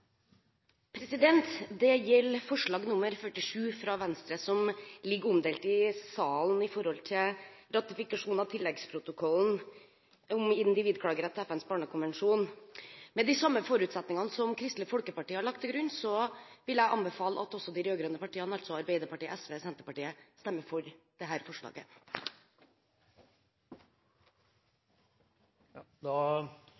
Det gjelder forslag nr. 47, fra Venstre, om «ratifikasjon av tilleggsprotokollen om individklagerett til FNs barnekonvensjon», som er omdelt i salen. Med de samme forutsetningene som Kristelig Folkeparti har lagt til grunn, vil jeg anbefale at også de rød-grønne partiene – altså Arbeiderpartiet, SV og Senterpartiet – stemmer for dette forslaget. Da